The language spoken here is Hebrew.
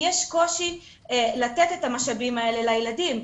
יש קושי לתת את המשאבים האלה לילדים.